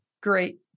great